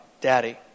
Daddy